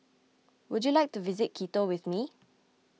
would you like to visit Quito with me